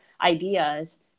ideas